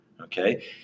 Okay